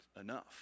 enough